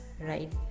right